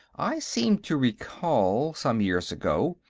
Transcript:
i seem to recall, some years ago,